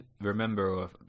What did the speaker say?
remember